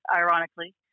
ironically